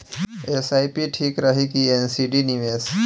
SIP ठीक रही कि एन.सी.डी निवेश?